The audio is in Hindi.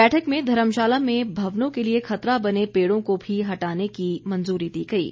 बैठक में धर्मशाला में भवनों के खतरा बने पेड़ों को भी हटाने की मंजूरी दी गई है